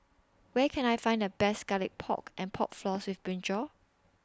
Where Can I Find The Best Garlic Pork and Pork Floss with Brinjal